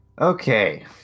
Okay